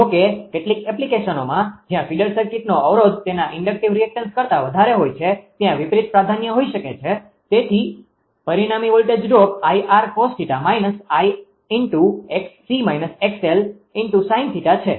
જો કે કેટલીક એપ્લિકેશનોમાં જ્યાં ફીડર સર્કિટનો અવરોધ તેના ઇન્ડક્ટીવ રિએક્ટન્સ કરતા વધારે હોય છે ત્યાં વિપરીત પ્રાધાન્ય હોઈ શકે છે જેથી પરિણામી વોલ્ટેજ ડ્રોપ 𝐼𝑟 cos 𝜃 − 𝐼𝑥𝑐 − 𝑥𝑙 sin 𝜃 છે